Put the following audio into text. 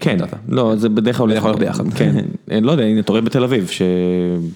כן. לא, זה בדרך כלל יכול להיות ביחד. כן. לא יודע, הנה אתה רואה בתל אביב ש...